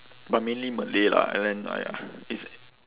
but mainly malay lah and then !aiya! it's